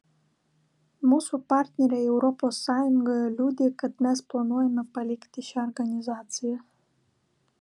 mūsų partneriai europos sąjungoje liūdi kad mes planuojame palikti šią organizaciją